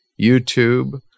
YouTube